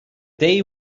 day